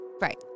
Right